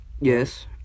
Yes